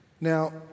Now